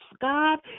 God